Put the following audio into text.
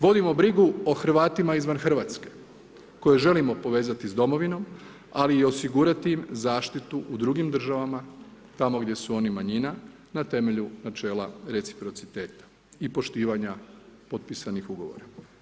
Vodimo brigu o Hrvatima izvan Hrvatske, koji želimo povezati s domovinom, ali i osigurati im zaštitu u drugim državama, tamo gdje su oni manjina, na temelju načelu reciprociteta i poštivanja potpisanih ugovora.